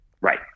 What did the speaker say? Right